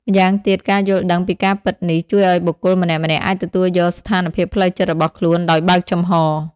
ម្យ៉ាងទៀតការយល់ដឹងពីការពិតនេះ ជួយឱ្យបុគ្គលម្នាក់ៗអាចទទួលយកស្ថានភាពផ្លូវចិត្តរបស់ខ្លួនដោយបើកចំហរ។